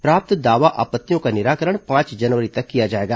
प्राप्त दावों आपत्तियों का निराकरण पांच जनवरी तक किया जाएगा